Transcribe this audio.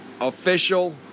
official